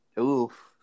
Oof